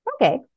okay